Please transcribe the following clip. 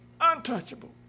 Untouchable